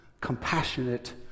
compassionate